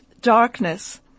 darkness